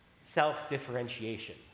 self-differentiation